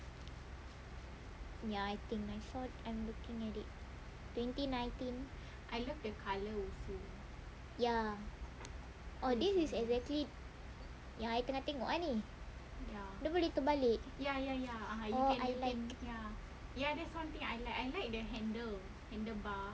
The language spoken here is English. ya I think I saw I'm looking at it twenty nineteen ya oh this is exactly yang I tengah tengok lah ni dia boleh terbalik oh I like